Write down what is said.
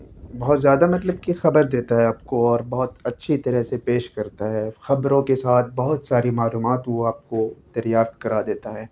بہت زیادہ مطلب کہ خبر دیتا ہے آپ کو اور بہت اچھی طرح سے پیش کرتا ہے خبروں کے ساتھ بہت ساری معلومات وہ آپ کو دریافت کرا دیتا ہے